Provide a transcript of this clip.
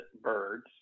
birds